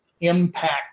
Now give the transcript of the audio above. impact